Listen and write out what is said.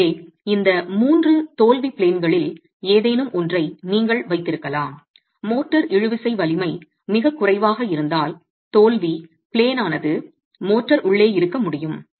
எனவே இந்த மூன்று தோல்வி ப்ளேன்களில் ஏதேனும் ஒன்றை நீங்கள் வைத்திருக்கலாம் மோர்டார் இழுவிசை வலிமை மிகக் குறைவாக இருந்தால் தோல்வி ப்ளேன் ஆனது மோர்டார் உள்ளே இருக்க முடியும்